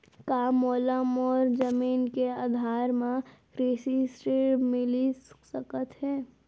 का मोला मोर जमीन के आधार म कृषि ऋण मिलिस सकत हे?